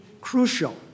crucial